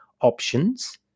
options